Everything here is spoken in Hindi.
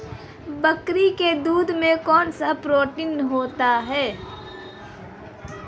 बकरी के दूध में कौनसा प्रोटीन होता है?